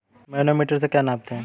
Manometer से क्या नापते हैं?